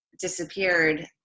disappeared